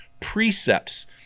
precepts